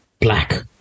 Black